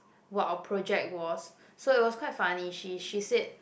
what our project was so it was quite funny she she said